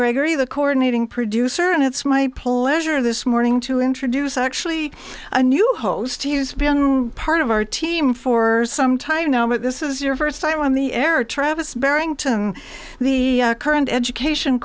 gregory the coordinating producer and it's my pleasure this morning to introduce actually a new host who used to be part of our team for some time now but this is your first time on the air travis barrington the current education